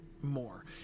more